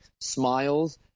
smiles